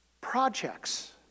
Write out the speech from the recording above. projects